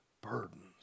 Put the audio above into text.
burdens